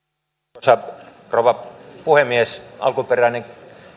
arvoisa rouva puhemies alkuperäinen